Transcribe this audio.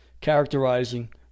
characterizing